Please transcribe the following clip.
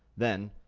then,